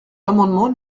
l’amendement